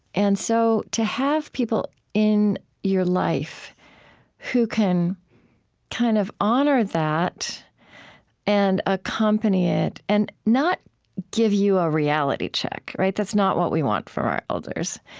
and so, to have people in your life who can kind of honor that and accompany it, and not give you a reality check that's not what we want from our elders,